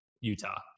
Utah